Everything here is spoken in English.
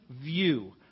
view